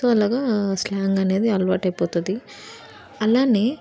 so అలాగా slang అనేది అలవాటైపోతుంది అలానే